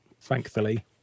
thankfully